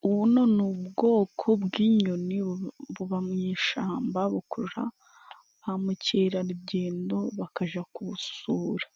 Buno ni ubwoko bw'inyoni buba mu ishamba bukurura ba mukerarugendo bakaja kubusura.